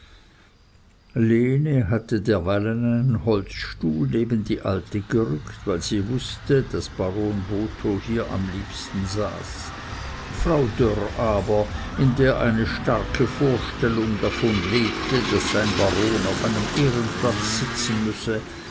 lene hatte derweilen einen holzstuhl neben die alte gerückt weil sie wußte daß baron botho hier am liebsten saß frau dörr aber in der eine starke vorstellung davon lebte daß ein baron auf einem ehrenplatz sitzen müsse